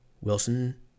Wilson